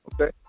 Okay